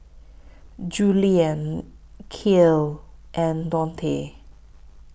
Juliann Kyle and Dontae